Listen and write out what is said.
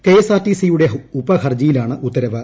K S R T C യുടെ ഉപഹർജിയിലാണ് ഉത്തരവ്